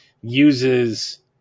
uses